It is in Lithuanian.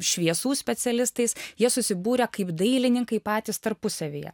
šviesų specialistais jie susibūrę kaip dailininkai patys tarpusavyje